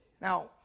Now